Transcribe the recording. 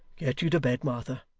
get you to bed, martha.